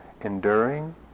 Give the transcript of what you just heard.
enduring